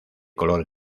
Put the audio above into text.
color